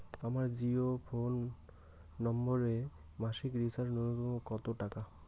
আমার জিও ফোন নম্বরে মাসিক রিচার্জ নূন্যতম কত টাকা?